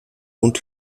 und